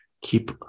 keep